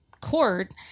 court